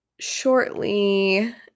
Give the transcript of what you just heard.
Shortly